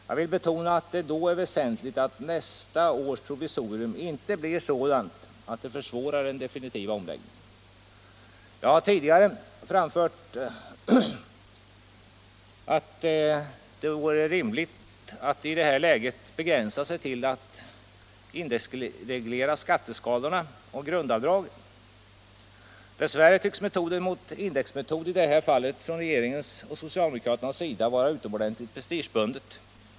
Jag vill betona att det då är väsentligt att nästa års provisorium inte blir sådant att det försvårar den definitiva omläggningen. Jag har tidigare anfört att det i detta läge vore rimligt att begränsa sig till att indexreglera skatteskalor och grundavdrag. Dess värre tycks regeringens och socialdemokraternas motstånd mot en indexmetod i detta fall vara utomordentligt prestigebundet.